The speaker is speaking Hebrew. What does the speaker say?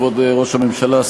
כבוד ראש הממשלה,